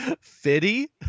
Fitty